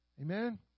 Amen